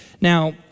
Now